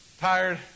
Tired